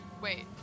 Wait